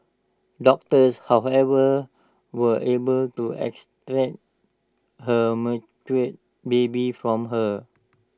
doctors however were able to extract her baby from her